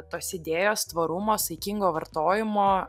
tos idėjos tvarumo saikingo vartojimo